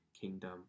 kingdom